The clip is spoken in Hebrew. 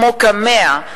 כמו קמ"ע,